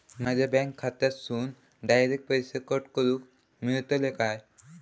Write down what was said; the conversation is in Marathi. माझ्या बँक खात्यासून डायरेक्ट पैसे कट करूक मेलतले काय?